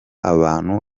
abantu